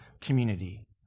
community